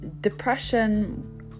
depression